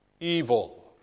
evil